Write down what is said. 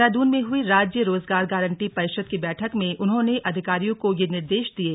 देहरादून में हुई राज्य रोजगार गारंटी परिषद् की बैठक में उन्होंने अधिकारियों को यह निर्देश दिये